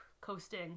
coasting